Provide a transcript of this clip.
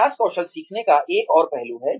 अभ्यास कौशल सीखने का एक और पहलू है